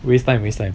waste time waste time